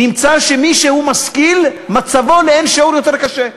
נמצא שמי שהוא משכיל, מצבו לאין-שיעור יותר קשה.